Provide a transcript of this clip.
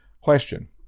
question